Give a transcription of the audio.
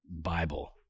Bible